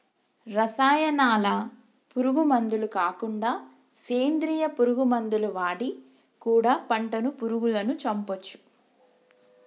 రసాయనాల పురుగు మందులు కాకుండా సేంద్రియ పురుగు మందులు వాడి కూడా పంటను పురుగులను చంపొచ్చు